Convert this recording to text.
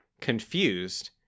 confused